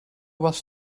was